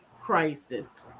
crisis